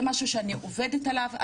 זה משהו שאני עובדת עליו.